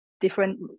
different